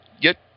Get